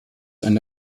eine